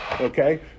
okay